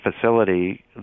facility